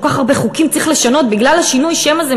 כל כך הרבה חוקים צריך לשנות בגלל שינוי השם הזה,